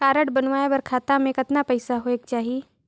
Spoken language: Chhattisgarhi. कारड बनवाय बर खाता मे कतना पईसा होएक चाही?